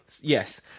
Yes